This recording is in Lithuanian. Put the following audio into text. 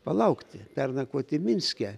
palaukti pernakvoti minske